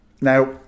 now